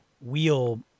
wheel